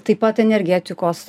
taip pat energetikos